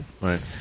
Right